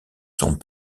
sont